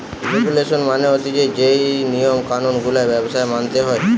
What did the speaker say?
regulation মানে হতিছে যেই নিয়ম কানুন গুলা ব্যবসায় মানতে হয়